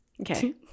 Okay